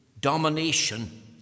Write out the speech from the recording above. domination